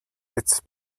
its